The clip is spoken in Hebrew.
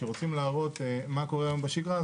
כשרוצים להראות מה קורה היום בשגרה,